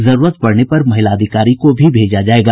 जरूरत पड़ने पर महिला अधिकारी को भी भेजा जायेगा